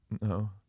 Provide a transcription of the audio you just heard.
No